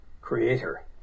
creator